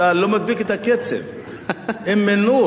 כשאני בדרך, אני צריכה להגיד אום-אל-נור?